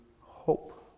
hope